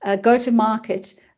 go-to-market